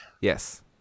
Yes